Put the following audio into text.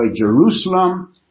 Jerusalem